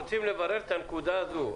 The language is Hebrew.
דנה, אנחנו רוצים לברר את הנקודה הזו.